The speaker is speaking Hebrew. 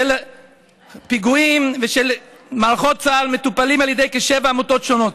של פיגועים ושל מערכות צה"ל מטופלים על ידי כשבע עמותות שונות,